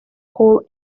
hole